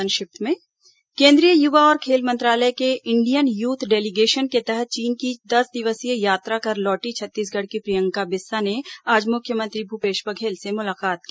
संक्षिप्त समाचार केंद्रीय युवा और खेल मंत्रालय के इंडियन यूथ डेलिगेशन के तहत चीन की दस दिवसीय यात्रा कर लौटी छत्तीसगढ़ की प्रियंका बिस्सा ने आज मुख्यमंत्री भूपेश बघेल से मुलाकात की